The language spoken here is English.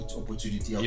opportunity